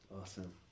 Awesome